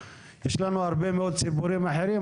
יש לנו הרבה מאוד סיפורים אחרים,